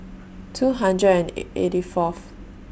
two hundred and eighty Fourth